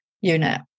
unit